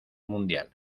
mundial